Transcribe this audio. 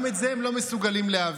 גם את זה הם לא מסוגלים להבין.